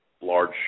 large